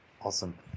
Awesome